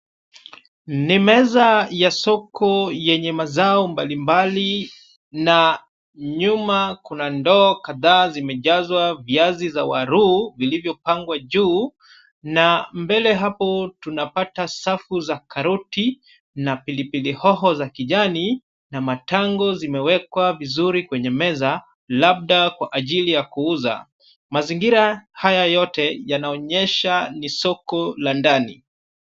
Ni meza ya soko yenye mazao mbalimbali na nyuma kuna ndoo kadhaa zimejazwa viazi za waruu vilivyopangwa juu. Na mbele hapo tunapata safu za karoti na pilipili hoho za kijani na matango zimewekwa vizuri kwenye meza labda kwa ajili ya kuuza. Mazingira haya yote yanaonyesha ni soko la ndani.